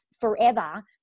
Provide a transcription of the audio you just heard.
forever